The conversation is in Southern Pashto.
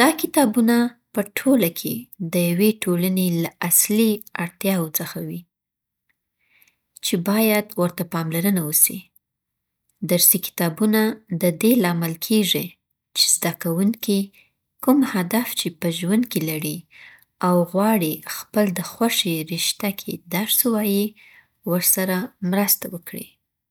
دا کتابونه په ټوله کې د یوې ټولني له اصلي اړتیاوو څخه دي، چې باید ورته پاملرنه وسي. درسي کتابونه ددې لامل کیږې چې زده کونکي کوم هدف چې په ژوند کې لري او غواړي خپل د خوښي رشته کې درس ووایې ورسره مرسته وکړي.